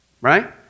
Right